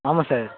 ஆமாம் சார்